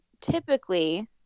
typically